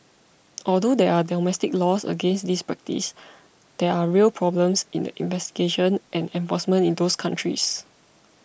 although there are domestic laws against this practice there are real problems in the investigation and enforcement in those countries